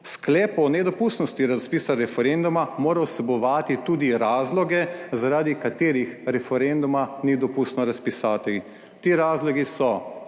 Sklep o nedopustnosti razpisa referenduma mora vsebovati tudi razloge, zaradi katerih referenduma ni dopustno razpisati. Ti razlogi so: